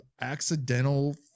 accidental